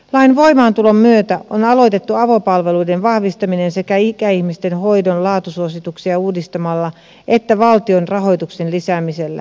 lain voimaantulon myötä on aloitettu avopalveluiden vahvistaminen sekä ikäihmisten hoidon laatusuosituksia uudistamalla että valtion rahoituksen lisäämisellä